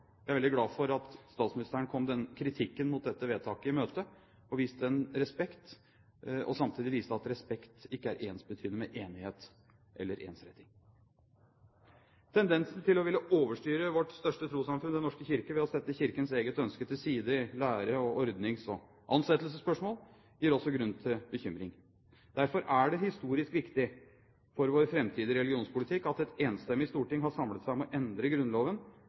Jeg er veldig glad for at statsministeren kom kritikken mot dette vedtaket i møte, og samtidig viste at respekt ikke er ensbetydende med enighet eller ensretting. Tendensen til å ville overstyre vårt største trossamfunn, Den norske kirke, ved å sette Kirkens eget ønske til side i lære-, ordnings- og ansettelsesspørsmål gir også grunn til bekymring. Derfor er det historisk viktig for vår framtidige religionspolitikk at et enstemmig storting har samlet seg om å endre Grunnloven